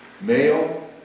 Male